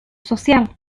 social